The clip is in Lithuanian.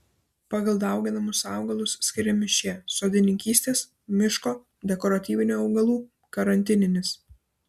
pagal dauginamus augalus skiriami šie sodininkystės miško dekoratyvinių augalų karantininis